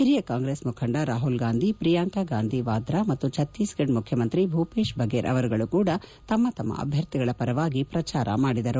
ಹಿರಿಯ ಕಾಂಗ್ರೆಸ್ ಮುಖಂಡ ರಾಹುಲ್ ಗಾಂಧಿ ಪ್ರಿಯಾಂಕಾ ಗಾಂಧಿ ವಾದ್ರಾ ಮತ್ತು ಛತ್ತೀಸ್ಗಢ್ ಮುಖ್ಯಮಂತ್ರಿ ಭೂಪೇಶ್ ಬಫೇರ್ ಅವರುಗಳು ಕೂಡಾ ತಮ್ಮ ತಮ್ಮ ಅಭ್ಯರ್ಥಿಗಳ ಪರವಾಗಿ ಪ್ರಚಾರ ಮಾಡಿದರು